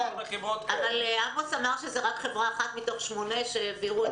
אבל עמוס אמר שזאת רק חברה אחת מתוך שמונה שהעבירו.